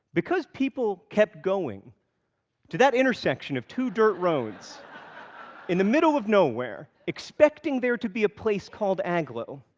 because people kept going to that intersection of two dirt roads in the middle of nowhere, expecting there to be a place called agloe,